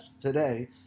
today